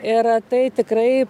ir tai tikrai